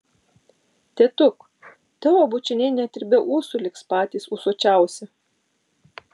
tėtuk tavo bučiniai net ir be ūsų liks patys ūsuočiausi